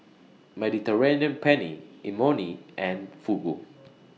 Mediterranean Penne Imoni and Fugu